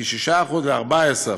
מכ-6% ל-14%.